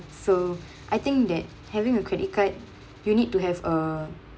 so I think that having a credit card you need to have a